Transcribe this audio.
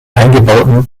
eingebauten